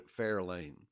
Fairlane